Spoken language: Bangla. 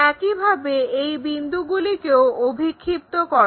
একইভাবে এই বিন্দুগুলিকেও অভিক্ষিপ্ত করো